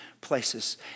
places